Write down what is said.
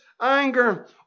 anger